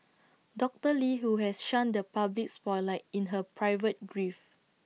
doctor lee who has shunned the public spotlight in her private grief